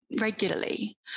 regularly